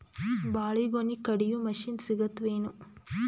ಬಾಳಿಗೊನಿ ಕಡಿಯು ಮಷಿನ್ ಸಿಗತವೇನು?